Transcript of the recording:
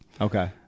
Okay